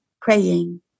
praying